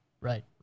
Right